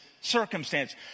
circumstance